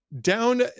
down